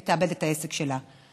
היא תאבד את העסק שלה.